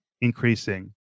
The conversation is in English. increasing